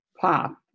pop